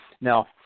Now